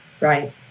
right